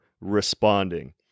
responding